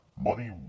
money-